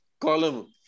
column